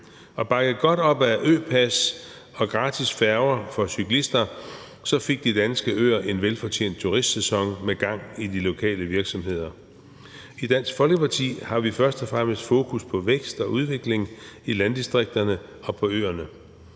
Bakket godt op af øpas og gratis færger for cyklister fik de danske øer en fortjent turistsæson med gang i de lokale virksomheder. I Dansk Folkeparti har vi først og fremmest fokus på vækst og udvikling i landdistrikterne og på øerne.